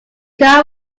car